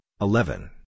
eleven